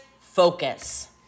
Focus